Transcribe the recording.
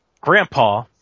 Grandpa